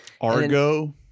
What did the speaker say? Argo